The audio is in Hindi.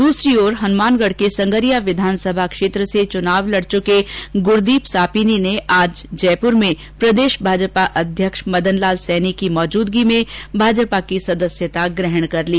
दूसरी ओर हनुमानगढ के संगरिया विधानसभा क्षेत्र से चुनाव लड़ चुके गुरदीप सापिनी ने आज जयपुर में प्रदेश भाजपा अध्यक्ष मदन लाल सैनी की मौजूदगी में भाजपा की सदस्यता ग्रहण कर ली